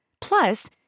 Plus